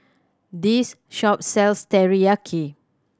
this shop sells Teriyaki